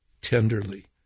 tenderly